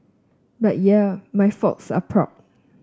but yeah my folks are proud